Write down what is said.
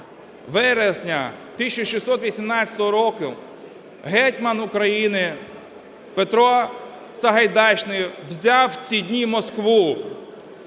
вересня 1618 року, гетьман України Петро Сагайдачний взяв в ці дні Москву.